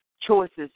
choices